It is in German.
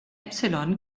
epsilon